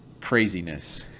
craziness